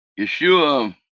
Yeshua